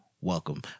welcome